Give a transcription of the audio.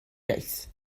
iaith